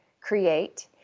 create